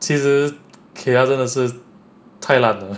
其实 kaeya 真的是太烂了